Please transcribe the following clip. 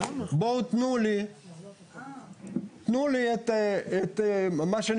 בואו תנו לי את ההוכחה,